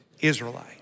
Israelite